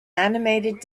animated